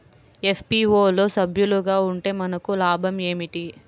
FPO లో సభ్యులుగా ఉంటే మనకు లాభం ఏమిటి?